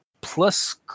plus